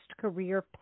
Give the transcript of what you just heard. career